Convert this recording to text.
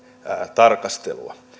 tarkastelua